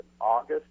August